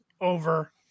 over